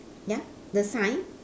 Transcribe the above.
ya the sign